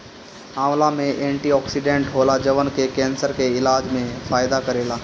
आंवला में एंटीओक्सिडेंट होला जवन की केंसर के इलाज में फायदा करेला